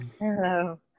Hello